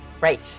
right